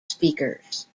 speakers